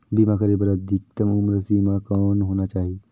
बीमा करे बर अधिकतम उम्र सीमा कौन होना चाही?